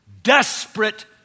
desperate